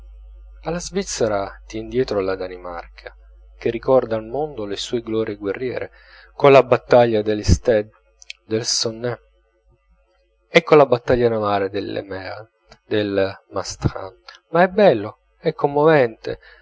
alla svizzera tien dietro la danimarca che ricorda al mondo le sue glorie guerriere colla battaglia d'isted del sonne e colla battaglia navale di lemern del mastrand ma è bello è commovente